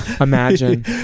imagine